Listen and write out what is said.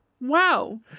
wow